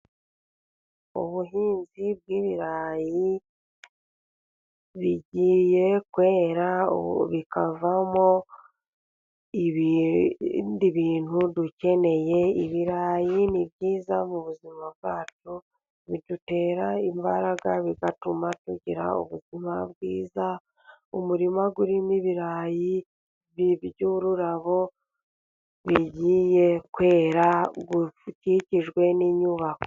Ubuhinzi bw'ibirayi bigiye kwera bikavamo ibindi bintu dukeneye. Ibirayi ni byiza mu buzima bwacu. Bidutera imbaraga, bigatuma tugira ubuzima bwiza. Umurima urimo ibirayi by'ururabo bigiye kwera, ukikijwe n'inyubako.